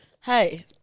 Hey